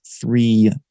three